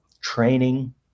training